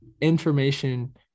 information